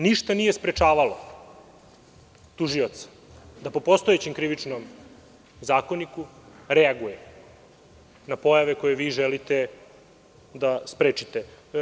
Ništa nije sprečavalo tužioca da po postojećem Krivičnom zakoniku reaguje na pojave koje vi želite da sprečite.